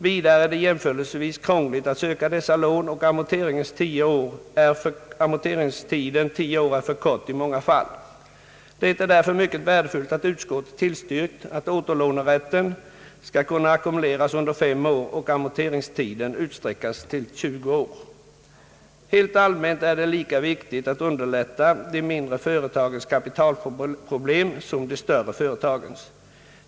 Vidare är det jämförelsevis krångligt att söka dessa lån, och amorteringstiden — tio år är för kort i många fall. Det är därför mycket värdefullt att utskottet tillstyrkt att återlånerätten skall kunna ackumule ras under fem år och amorteringstiden utsträckas till tjugo år. Helt allmänt är det lika viktigt att underlätta de mindre företagens kapitalproblem som de större företagens.